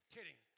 Kidding